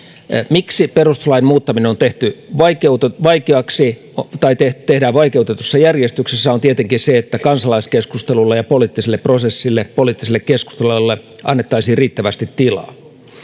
miksi perustuslain muuttaminen on tehty vaikeaksi vaikeaksi tai tehdään vaikeutetussa järjestyksessä on tietenkin se että kansalaiskeskustelulle ja poliittiselle prosessille poliittiselle keskustelulle annettaisiin riittävästi tilaa